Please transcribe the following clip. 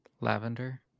Lavender